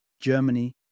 Germany